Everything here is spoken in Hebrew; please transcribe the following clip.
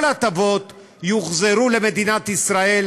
כל ההטבות יוחזרו למדינת ישראל,